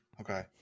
Okay